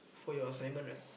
for your assignment